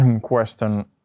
question